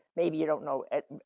maybe you don't know it,